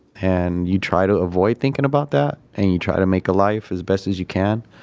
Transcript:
and you try to avoid thinking about that and you try to make a life as best as you can,